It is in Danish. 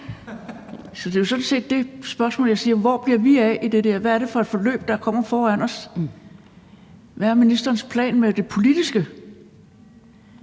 Så det er sådan set det, jeg siger: Hvor bliver vi af i det der? Hvad er det for et forløb, der kommer til at ligge foran os? Hvad er ministerens plan med det politiske?